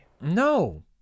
No